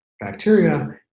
bacteria